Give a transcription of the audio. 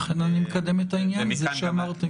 לכן, אני מקדם את העניין הזה, כמו שאמרתי.